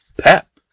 Pep